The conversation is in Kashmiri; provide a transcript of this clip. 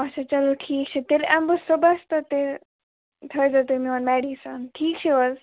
اَچھا چَلو ٹھیٖک چھُ تیٚلہِ اَنہٕ بہٕ صُبحس تہٕ تہٕ تھٲوزیٚو تُہۍ میٛون میڈِسن ٹھیٖک چھُو حظ